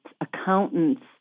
accountants